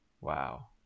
Wow